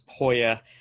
Poya